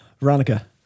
Veronica